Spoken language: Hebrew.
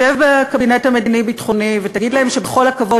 שב בקבינט המדיני-ביטחוני ותגיד להם שבכל הכבוד,